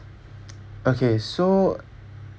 okay so